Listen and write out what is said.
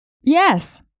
Yes